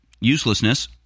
uselessness